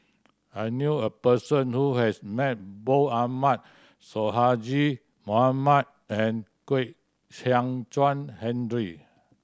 I knew a person who has met both Ahmad Sonhadji Mohamad and Kwek Chuan Henry